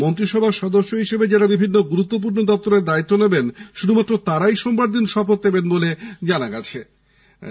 মন্ত্রিসভার সদস্য হিসাবে যারা বিভিন্ন গুরুত্বপূর্ণ দপ্তরের দায়িত্ব নেবেন শুধুমাত্র তারাই সোমবার শপথ নেবেন বলে সৃত্রের খবর